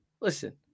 listen